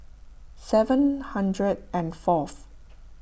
seven hundred and fourth